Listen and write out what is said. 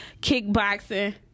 kickboxing